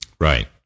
Right